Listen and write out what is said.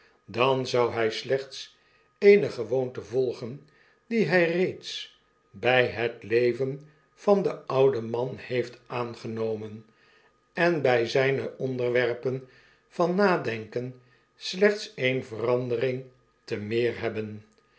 dan zou hy slechts eene gewoonte volgen die hy reeds by het leven van den ouden man heeft aangenomen en bij zyne onderwerpen van nadenken slechts eene verandering te meer hebben